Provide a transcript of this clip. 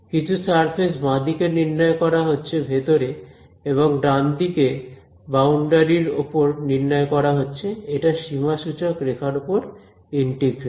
কিছু সারফেস বাঁদিকে নির্ণয় করা হচ্ছে ভেতরে এবং ডান দিকে বাউন্ডারির ওপর নির্ণয় করা হচ্ছে এটা সীমা সূচক রেখার ওপর ইন্টিগ্রাল